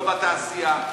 לא בתעשייה,